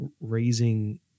raising